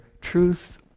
truth